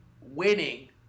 winning